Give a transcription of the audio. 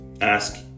Ask